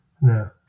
no